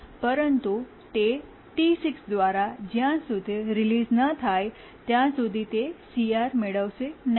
પરંતુ તે T6 દ્વારા જ્યાં સુધી રિલીઝ નહીં થાય ત્યાં સુધી તે CR મેળવશે નહીં